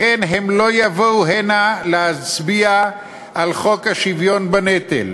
לכן הם לא יבואו הנה להצביע על חוק השוויון בנטל.